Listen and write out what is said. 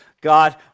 God